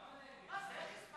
מה זה?